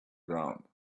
ground